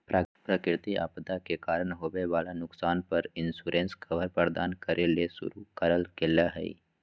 प्राकृतिक आपदा के कारण होवई वला नुकसान पर इंश्योरेंस कवर प्रदान करे ले शुरू करल गेल हई